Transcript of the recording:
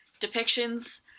depictions